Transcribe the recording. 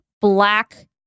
black